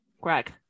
Greg